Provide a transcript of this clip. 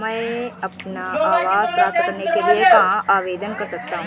मैं अपना आवास प्राप्त करने के लिए कहाँ आवेदन कर सकता हूँ?